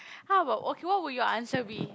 how about okay what will your answer be